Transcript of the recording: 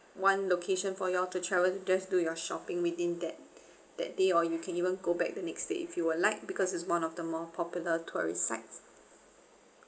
one location for y'all to travel just do your shopping within that that day or you can even go back the next day if you would like because it's one of the more popular tourist sites